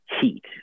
heat